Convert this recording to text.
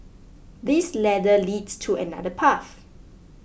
this ladder leads to another path